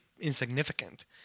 insignificant